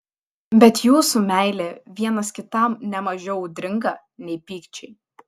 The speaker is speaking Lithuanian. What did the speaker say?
bet jūsų meilė vienas kitam ne mažiau audringa nei pykčiai